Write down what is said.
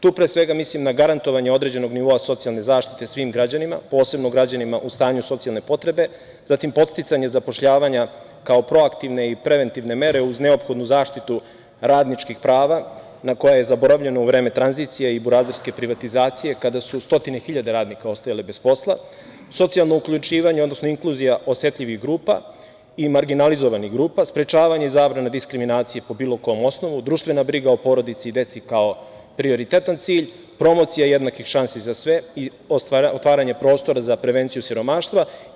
Tu pre svega mislim na garantovanje određenog nivoa socijalne zaštite svim građanima, posebno građanima u stanju socijalne potrebe, zatim podsticanje zapošljavanja kao proaktivne i preventivne mere uz neophodnu zaštitu radničkih prava na koja je zaboravljeno u vreme tranzicije i „burazerske“ privatizacije, kada su stotine hiljada radnika ostajali bez posla, socijalno uključivanje, odnosno inkluzija osetljivih i marginalizovanih grupa, sprečavanje i zabrana diskriminacije po bilo kom osnovu, društvena briga o porodici i deci kao prioritetan cilj, promocija jednakih šansi za sve i otvaranje prostora za prevenciju siromaštva.